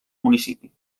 municipi